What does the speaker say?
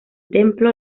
templo